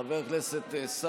חבר הכנסת סעדי.